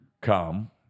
come